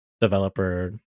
developer